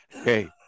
Okay